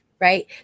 right